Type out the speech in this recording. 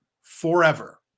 forever